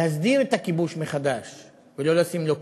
להסדיר את הכיבוש מחדש ולא לשים לו קץ.